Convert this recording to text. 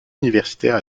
universitaire